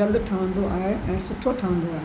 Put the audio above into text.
जल्द ठहिंदो आहे ऐं सुठो ठहिंदो आहे